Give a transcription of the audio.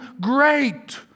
great